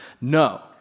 No